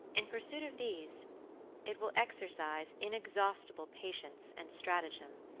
in pursuit of these it will exercise inexhaustible patience and stratagem,